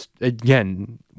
again